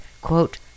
quote